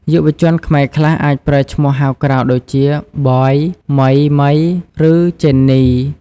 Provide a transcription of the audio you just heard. យុវជនខ្មែរខ្លះអាចប្រើឈ្មោះហៅក្រៅដូចជា “Boy”, “Mei mei”, ឬ “Jenny”។